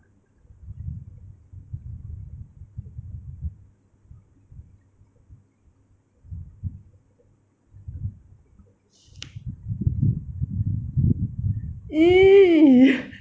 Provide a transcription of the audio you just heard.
!ee!